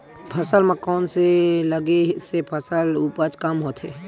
फसल म कोन से लगे से फसल उपज कम होथे?